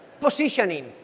positioning